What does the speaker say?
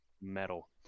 metal